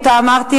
ואותה אמרתי,